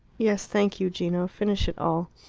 yes, thank you, gino finish it all.